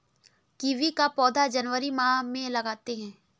kiwi का पौधा जनवरी माह में लगाते हैं